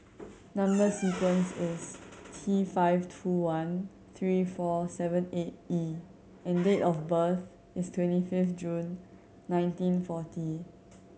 number sequence is T five two one three four seven eight E and date of birth is twenty fifth June nineteen forty